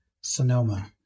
Sonoma